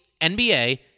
NBA